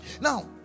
Now